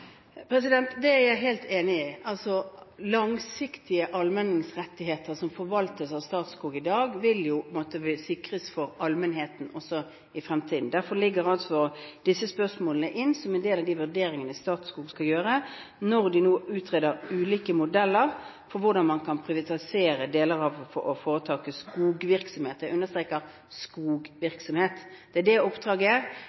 Det er jeg helt enig i. Langsiktige, allmenningsrettigheter som forvaltes av Statskog i dag, vil måtte sikres for allmennheten også i fremtiden. Derfor ligger disse spørsmålene inne som en del av de vurderingene Statskog skal gjøre når de nå utreder ulike modeller for hvordan man kan privatisere deler av foretakets skogvirksomhet – jeg understreker skogvirksomhet. Det er det oppdraget er